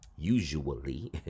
Usually